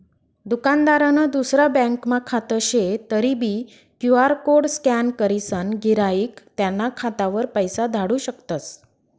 दुकानदारनं दुसरा ब्यांकमा खातं शे तरीबी क्यु.आर कोड स्कॅन करीसन गिराईक त्याना खातावर पैसा धाडू शकतस